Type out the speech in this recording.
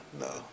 No